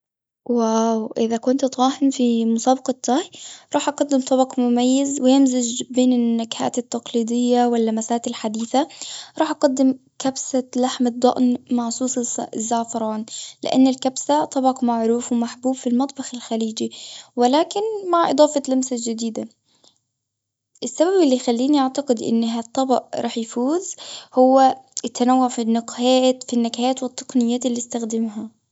واو إذا كنت طاهٍ في مسابقة طهي. راح أقدم طبق مميز، ويمزج بين النكهات التقليدية، واللمسات الحديثة. راح أقدم كبسة لحم الضأن، مع صوص السأ- الزعفران. لأن الكبسة طبق معروف، ومحبوب في المطبخ الخليجي. ولكن مع إضافة لمسة جديدة. السبب اللي يخليني أعتقد إن هالطبق راح يفوز، هو التنوع في النقهات- في النكهات، والتقنيات اللي أستخدمها.